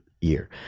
year